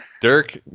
Dirk